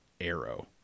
Arrow